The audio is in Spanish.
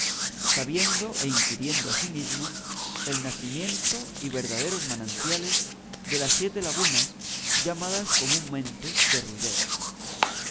sabiendo e inquiriendo asimismo el nacimiento y verdaderos manantiales de las siete lagunas llamadas comúnmente de ruidera